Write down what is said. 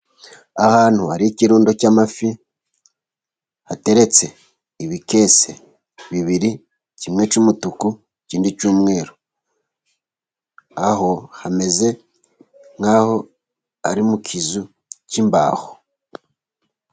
Ahantu hari ikirundo cy'amafi, hateretse ibikese bibiri kimwe cy'umutuku ikindi cy'umweru. Aho hameze nk'aho ari mu kizu cy'imbaho.